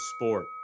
sport